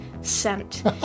scent